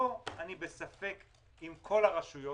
פה אני בספק אם כל הרשויות.